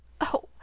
Oh